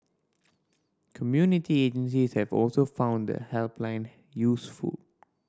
community agencies have also found the helpline useful